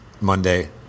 Monday